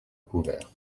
couvert